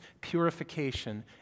purification